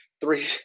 three